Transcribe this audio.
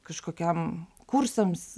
kažkokiam kursams